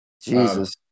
Jesus